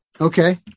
Okay